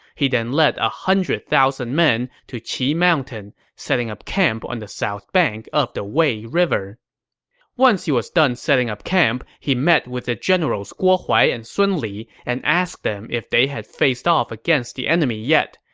he then led one hundred thousand men to qi mountain, setting up camp on the south bank of the wei river once he was done setting up camp, he met with the generals guo huai and sun li and asked them if they had faced off against the enemy yet.